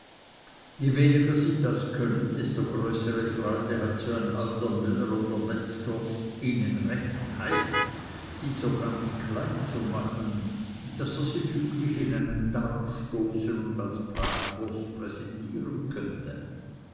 je weniger sie das können desto größere freude hat so ein alter müller oder metzger ihnen recht heiß sie so ganz klein zu machen daß er sie füglich in einen darm stoßen und als bratwurst präsentieren könnte